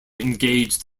engaged